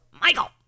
Michael